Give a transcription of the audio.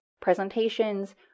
presentations